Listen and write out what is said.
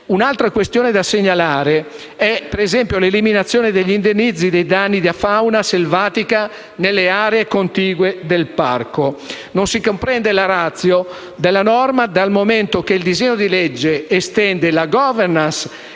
Un’altra questione da segnalare è l’eliminazione degli indennizzi dei danni da fauna selvatica nelle aree contigue del parco. Non si comprende la ratio della norma dal momento che il disegno di legge estende la governan-